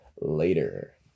later